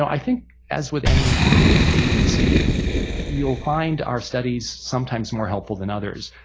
i think as with any agency, you'll find our studies sometimes more helpful than others.